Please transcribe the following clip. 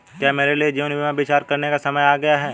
क्या मेरे लिए जीवन बीमा पर विचार करने का समय आ गया है?